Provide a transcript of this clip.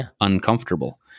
uncomfortable